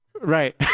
Right